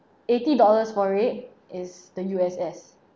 eighty dollars for it is the U_S_S